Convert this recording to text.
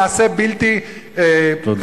מעשה בלתי חברי,